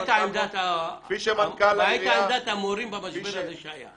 הייתה עמדת המורים במשבר הזה שהיה?